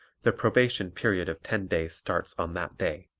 the probation period of ten days starts on that day.